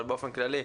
אבל באופן כללי: